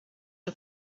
que